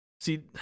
See